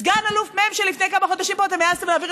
סגן אלוף מ' ולפני כמה חודשים אתם העזתם להעביר